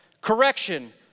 Correction